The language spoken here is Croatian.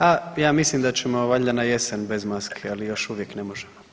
A ja mislim da ćemo valjda na jesen bez maske, ali još uvijek ne možemo.